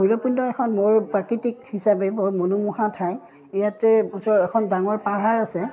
ভৈৰৱকুণ্ড এখন বৰ প্ৰাকৃতিক হিচাপে বৰ মনোমোহা ঠাই ইয়াতে ওচৰ এখন ডাঙৰ পাহাৰ আছে